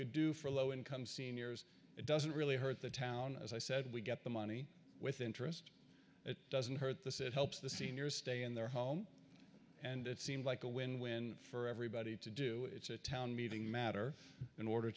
could do for low income seniors it doesn't really hurt the town as i said we get the money with interest it doesn't hurt this it helps the seniors stay in their home and it seemed like a win win for everybody to do it's a town meeting matter in order